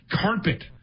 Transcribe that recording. carpet